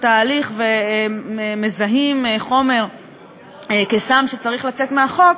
התהליך ומזהות חומר כסם שצריך להוציא לפי החוק,